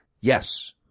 Yes